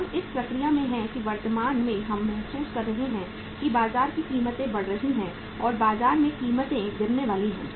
हम इस प्रक्रिया में हैं कि वर्तमान में हम महसूस कर रहे हैं कि बाजार में कीमतें बढ़ रही हैं या बाजार में कीमतें गिरने वाली हैं